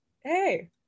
hey